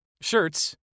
shirts